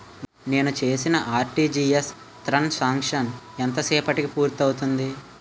నేను చేసిన RTGS transaction ఎంత సేపటికి పూర్తి అవుతుంది?